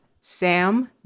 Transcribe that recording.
Sam